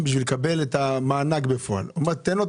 שהקיזוז לא יהיה ממענק העבודה,